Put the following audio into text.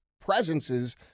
presences